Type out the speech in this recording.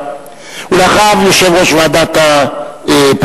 לאחר מכן, יושב-ראש ועדת הפנים